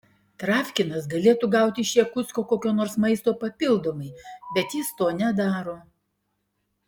travkinas galėtų gauti iš jakutsko kokio nors maisto papildomai bet jis to nedaro